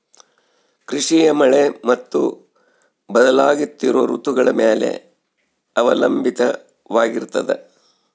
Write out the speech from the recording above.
ಕೃಷಿಯು ಮಳೆ ಮತ್ತು ಬದಲಾಗುತ್ತಿರೋ ಋತುಗಳ ಮ್ಯಾಲೆ ಅವಲಂಬಿತವಾಗಿರ್ತದ